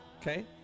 Okay